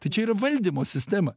tai čia yra valdymo sistema